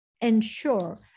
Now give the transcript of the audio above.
ensure